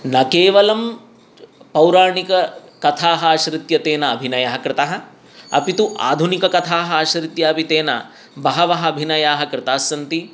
न केवलं पौराणिककथाः आश्रित्य तेन अभिनयः कृतः अपि तु आधुनिककथाः आश्रित्य अपि तेन बहवः अभिनयाः कृतास्सन्ति